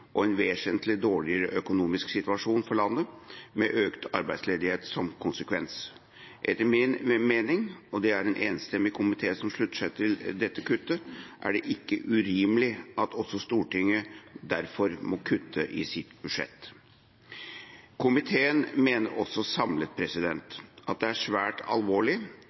og en vesentlig dårligere økonomisk situasjon for landet, med økt arbeidsledighet som konsekvens. Etter min mening – og det er en enstemmig komité som slutter seg til dette kuttet – er det ikke urimelig at også Stortinget derfor må kutte i sitt budsjett. Komiteen mener også samlet at det er svært alvorlig